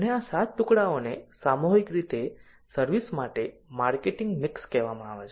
અને આ 7 ટુકડાઓને સામૂહિક રીતે સર્વિસ માટે માર્કેટિંગ મિક્સ કહેવામાં આવે છે